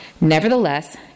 Nevertheless